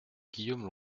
guillaume